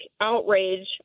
outrage